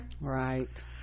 right